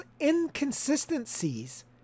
inconsistencies